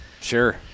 sure